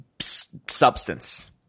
substance